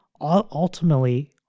ultimately